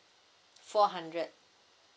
four hundred